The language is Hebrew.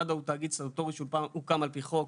מד"א הוא תאגיד סטטוטורי שהוקם על פי חוק,